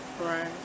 Right